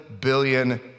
billion